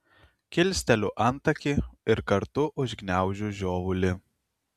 kilsteliu antakį ir kartu užgniaužiu žiovulį